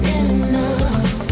enough